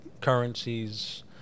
currencies